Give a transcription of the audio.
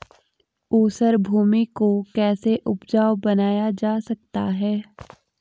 ऊसर भूमि को कैसे उपजाऊ बनाया जा सकता है?